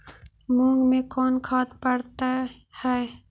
मुंग मे कोन खाद पड़तै है?